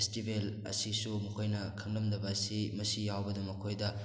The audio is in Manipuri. ꯐꯦꯁꯇꯤꯕꯦꯜ ꯑꯁꯤꯁꯨ ꯃꯈꯣꯏꯅ ꯈꯪꯂꯝꯗꯕ ꯑꯁꯤ ꯃꯁꯤ ꯌꯥꯎꯕꯗ ꯃꯈꯣꯏꯗ